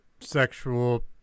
sexual